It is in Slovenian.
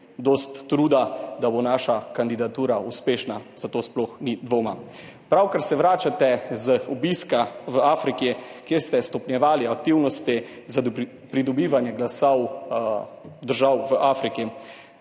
da bo naša kandidatura uspešna, o tem sploh ni dvoma. Pravkar se vračate z obiska v Afriki, kjer ste stopnjevali aktivnosti za pridobivanje glasov držav v Afriki.